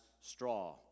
straw